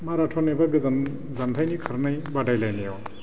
marathon एबा गोजान जानथायनि खारनाय बादायलायनायाव